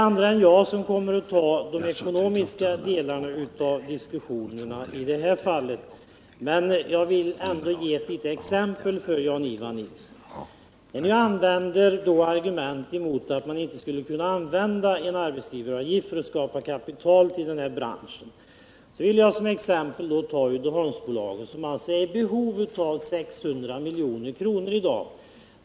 Andra än jag kommer att svara för de ekonomiska delarna av diskussionen, man jag vill ändå ge Jan-Ivan Nilsson ett litet exempel. När ni framför argument mot att man inte skulle kunna använda arbetsgivaravgiften för att skapa kapital till den här branschen vill jag som exempel ta Uddeholmsbolaget, som är i behov av 600 milj.kr. i dag.